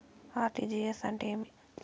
RTGS అంటే ఏమి